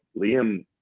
Liam